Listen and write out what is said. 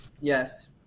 Yes